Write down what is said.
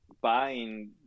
buying